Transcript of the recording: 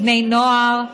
בני נוער,